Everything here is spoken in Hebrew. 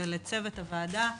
ולצוות הוועדה,